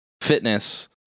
fitness